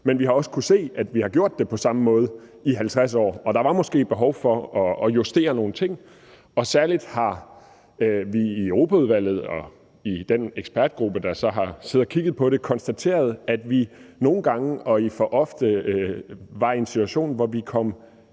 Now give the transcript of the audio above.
men vi har også kunnet se, at vi har gjort det på den samme måde i 50 år, og at der måske var behov for at justere nogle ting. Særligt har vi i Europaudvalget og i den ekspertgruppe, der så har siddet og kigget på det, konstateret, at vi nogle gange – og for ofte – var i en situation, hvor vi kom